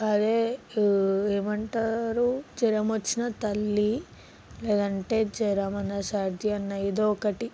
అదే ఏమంటారు జ్వరం వచ్చిన తల్లి లేదంటే జ్వరమైనా సర్ది అయినా ఏదో ఒకటి